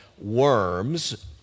Worms